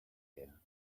here